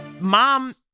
Mom